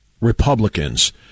Republicans